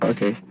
Okay